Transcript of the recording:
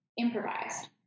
improvised